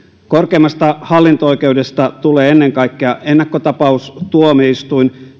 korkeimmasta hallinto oikeudesta tulee ennen kaikkea ennakkotapaustuomioistuin